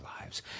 lives